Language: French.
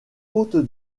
faute